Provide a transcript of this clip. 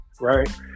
right